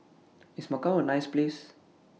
IS Macau A nice Place